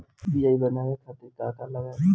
UPI बनावे खातिर का का लगाई?